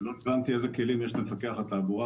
לא הבנתי איזה כלים יש למפקח על התעבורה,